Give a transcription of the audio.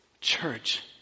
Church